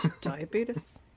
Diabetes